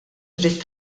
dritt